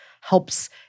helps